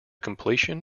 completion